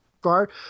guard